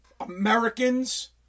Americans